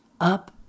up